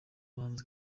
muhanzi